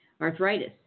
Arthritis